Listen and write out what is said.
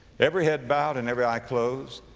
every head bowed and every eye closed.